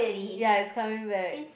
ya it's coming back